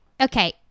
Okay